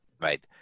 right